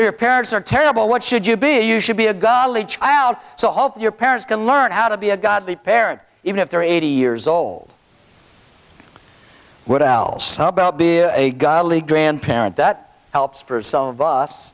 your parents are terrible what should you be you should be a godly child so i hope your parents can learn how to be a godly parent even if they're eighty years old would be a godly grandparent that helps for some of us